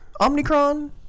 Omnicron